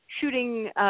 shooting